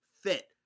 fit